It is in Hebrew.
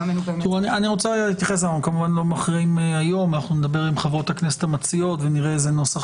אנו לא מכריעים היום נדבר עם חברות הכנסת המציעות ונראה איזה נוסח